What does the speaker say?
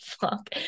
fuck